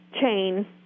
chain